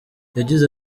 yagize